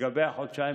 לגבי החודשיים,